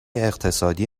اقتصادی